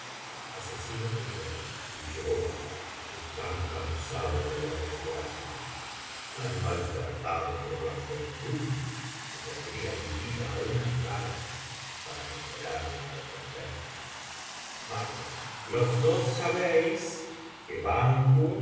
y yo estoy tan cansado de la desgracia tan maltratado por la fortuna que pondría mi vida á una carta para mejorarla ó perderla los dos sabéis que